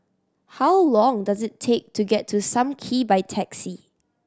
how long does it take to get to Sam Kee by taxi